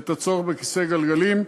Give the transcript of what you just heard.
ואת הצורך בכיסא גלגלים,